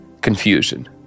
confusion